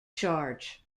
charge